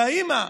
והאימא,